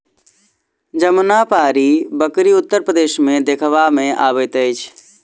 जमुनापारी बकरी उत्तर प्रदेश मे देखबा मे अबैत अछि